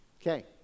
Okay